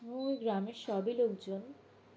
ওই গ্রামের সবই লোকজন